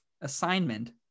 assignment